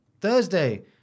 Thursday